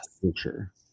future